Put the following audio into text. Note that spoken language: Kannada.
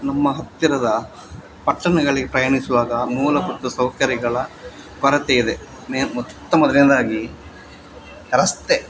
ನಮ್ಮ ಹತ್ತಿರದ ಪಟ್ಟಣಗಳಿಗೆ ಪ್ರಯಾಣಿಸುವಾಗ ಮೂಲಭೂತ ಸೌಕರ್ಯಗಳ ಕೊರತೆಯಿದೆ ಮೆ ಮೊಟ್ಟ ಮೊದಲನೇದಾಗಿ ರಸ್ತೆ